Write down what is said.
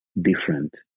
different